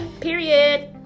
period